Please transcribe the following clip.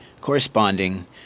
corresponding